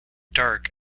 dark